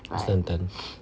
less than ten